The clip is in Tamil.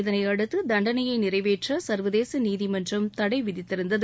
இதனை அடுத்து தண்டனையை நிறைவேற்ற சர்வதேச நீதிமன்றம் தடைவிதித்திருந்தது